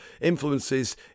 Influences